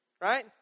right